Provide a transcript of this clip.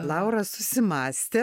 laura susimąstė